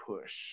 push